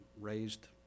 raised